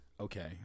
okay